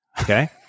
okay